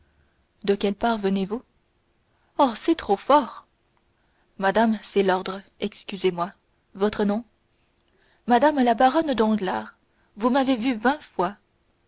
de quelle part venez-vous oh c'est trop fort madame c'est l'ordre excusez-moi votre nom mme la baronne danglars vous m'avez vue vingt fois